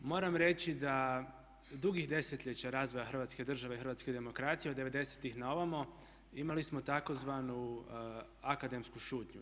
Moram reći da dugih desetljeća razvoja Hrvatske države i hrvatske demokracije od '90-ih na ovamo imali smo tzv. akademsku šutnju.